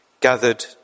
gathered